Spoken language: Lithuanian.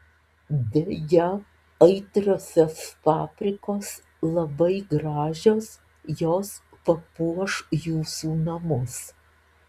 beje aitriosios paprikos labai gražios jos papuoš jūsų namus